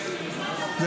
אני מקשיבה לך.